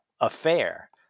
affair